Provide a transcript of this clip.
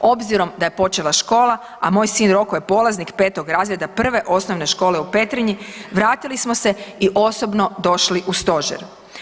Obzirom da je počela škola, a moj sin je polaznik petog razreda Prve osnovne škole u Petrinji vratili smo se i osobno došli u Stožer.